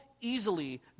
easily